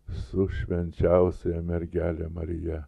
su švenčiausiaja mergele marija